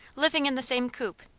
living in the same coop.